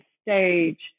stage